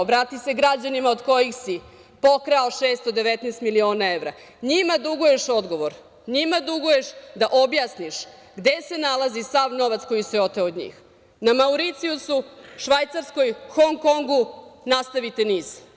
Obrati se građanima od kojih se pokrao 619 miliona evra, njima duguješ odgovor, njima duguješ da objasniš gde se nalazi sav novac koji se oteo od njih, na Mauricijusu, Švajcarskoj, Hongkongu, nastavite niz.